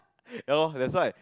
ya loh that's why